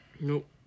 Nope